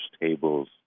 tables